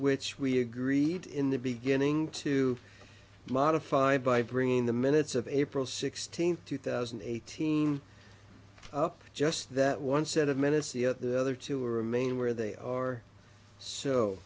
which we agreed in the beginning to modify by bringing the minutes of april sixteenth two thousand and eighteen up just that one set of minutes yet the other two are remain where they are so